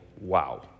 Wow